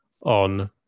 on